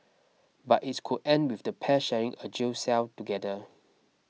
but it's could end with the pair sharing a jail cell together